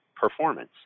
performance